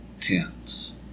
tense